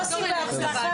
יוסי, אתה צריך לפקח